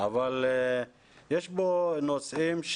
אבל יש פה נושאים,